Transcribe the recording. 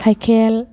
cycle